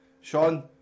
Sean